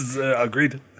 agreed